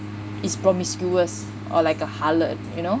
is promiscuous or like a harlot you know